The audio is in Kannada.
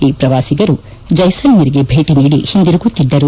ಈ ಪ್ರವಾಸಿಗರು ಜೈಸಲ್ಟೇರ್ಗೆ ಭೇಟಿ ನೀಡಿ ಹಿಂದಿರುಗುತ್ತಿದ್ದರು